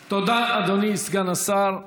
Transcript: תודה, אדוני סגן השר.